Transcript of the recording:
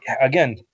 Again